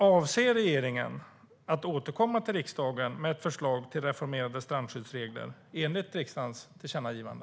Avser regeringen att återkomma till riksdagen med ett förslag till reformerade strandskyddsregler enligt riksdagens tillkännagivande?